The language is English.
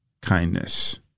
kindness